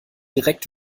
direkt